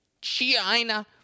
China